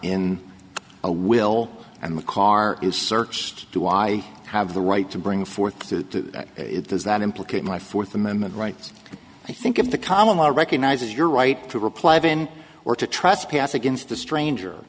a will and the car is searched do i have the right to bring forth to it is that implicate my fourth amendment rights i think of the common law recognizes your right to reply even or to trespass against a stranger